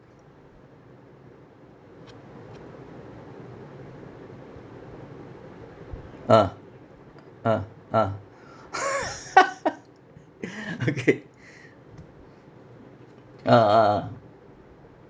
ah ah ah okay ah ah ah